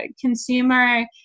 consumer